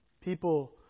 People